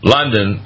London